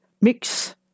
Mix